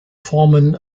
formen